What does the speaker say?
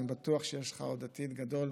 אני בטוח שיש לך עוד עתיד גדול,